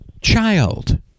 child